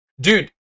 Dude